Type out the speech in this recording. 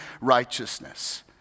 righteousness